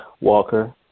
Walker